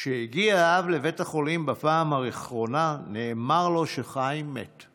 כשהגיע האב לבית החולים בפעם האחרונה נאמר לו שחיים מת.